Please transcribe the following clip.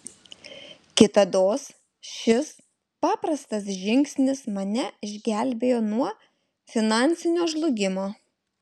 kitados šis paprastas žingsnis mane išgelbėjo nuo finansinio žlugimo